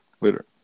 Later